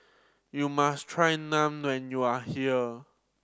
you must try Naan when you are here